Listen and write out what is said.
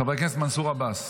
חבר הכנסת מנסור עבאס.